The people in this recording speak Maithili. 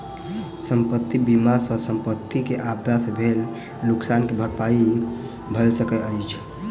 संपत्ति बीमा सॅ संपत्ति के आपदा से भेल नोकसान के भरपाई भअ सकैत अछि